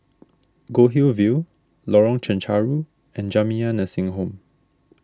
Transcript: Goldhill View Lorong Chencharu and Jamiyah Nursing Home